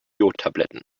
jodtabletten